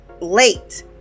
late